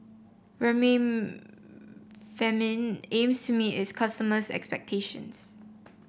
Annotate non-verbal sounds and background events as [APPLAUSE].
[UNINTELLIGIBLE] aims to meet its customers' expectations